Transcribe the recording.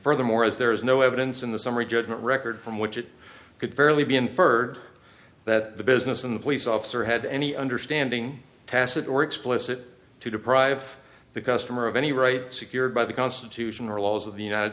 furthermore as there is no evidence in the summary judgment record from which it could fairly be inferred that the business of the police officer had any understanding tacit or explicit to deprive the customer of any right secured by the constitution or laws of the united